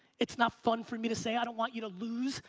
it's not fun for me to say. i don't want you to lose.